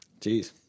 Jeez